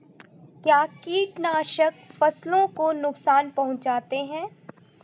क्या कीटनाशक फसलों को नुकसान पहुँचाते हैं?